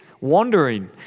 wandering